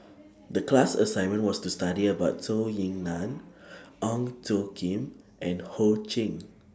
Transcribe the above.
The class assignment was to study about Zhou Ying NAN Ong Tjoe Kim and Ho Ching